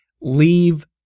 leave